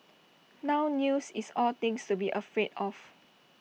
now news is all things to be afraid of